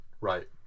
right